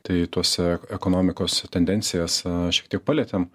tai tuose ekonomikos tendencijas šiek tiek palietėm